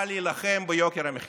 באה להילחם ביוקר המחיה.